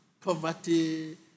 poverty